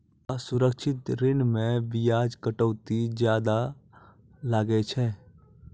असुरक्षित ऋण मे बियाज कटौती जादा लागै छै